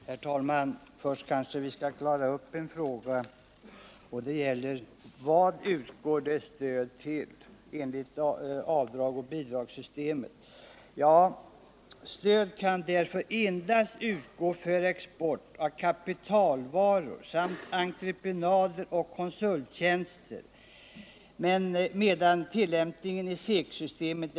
Herr talman! Vi bör kanske först klara ut en fråga, nämligen frågan om till vad det utgår stöd enligt avdragsoch bidragssystemet. Stöd kan enligt det systemet utgå endast för export av kapitalvaror samt entreprenader och konsulttjänster, medan stöd i vidare bemärkelse utgår vid tillämpningen av SEK-systemet.